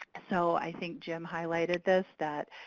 so i think jim highlighted this. that